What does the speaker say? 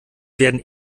werden